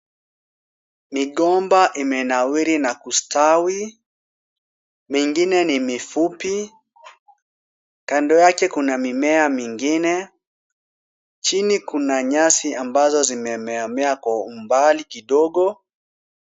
Migomba imenawiri na kustawi. Mingine ni mifupi. Kando yake kuna mimea mingine. Chini kuna nyasi ambazo zimemeamea kwa umbali kidogo.